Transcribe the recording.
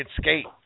skate